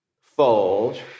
Fold